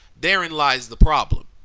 therein lies the problem.